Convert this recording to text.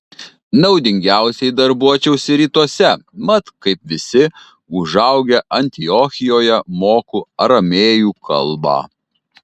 naudingiausiai darbuočiausi rytuose mat kaip visi užaugę antiochijoje moku aramėjų kalbą